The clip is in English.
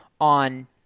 on